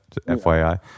FYI